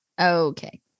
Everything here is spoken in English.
Okay